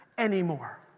Anymore